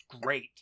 great